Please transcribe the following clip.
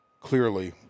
Clearly